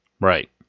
Right